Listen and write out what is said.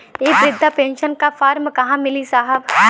इ बृधा पेनसन का फर्म कहाँ मिली साहब?